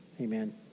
Amen